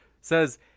says